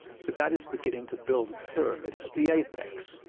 for that is beginning to build a pyramid at the apex.